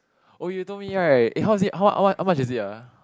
oh you told me right eh how was it how how how much is it ah